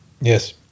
yes